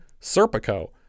Serpico